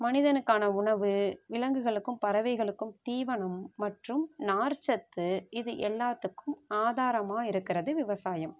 மனிதனுக்கான உணவு விலங்குகளுக்கும் பறவைகளுக்கும் தீவனம் மற்றும் நார் சத்து இது எல்லாத்துக்கும் ஆதாரமாக இருக்கிறது விவசாயம்